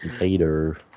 Later